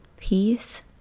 peace